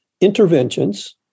interventions